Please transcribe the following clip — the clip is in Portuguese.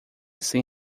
sem